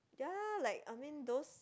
ya like I mean those